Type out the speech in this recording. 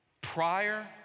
Prior